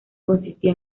consistía